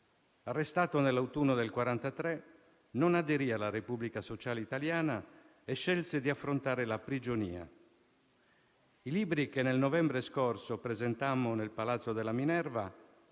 Arrestato nell'autunno del 1943 non aderì alla Repubblica sociale italiana e scelse di affrontare la prigionia. I libri che nel novembre scorso presentammo nel Palazzo della Minerva